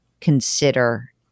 consider